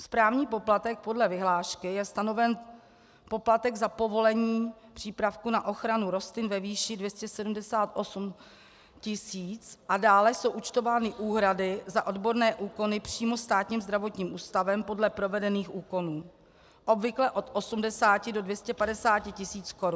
Správní poplatek podle vyhlášky je stanoven poplatek za povolení přípravku na ochranu rostlin ve výši 278 tis. a dále jsou účtovány úhrady za odborné úkony přímo Státním zdravotním ústavem podle provedených úkonů, obvykle od 80 do 250 tis. korun.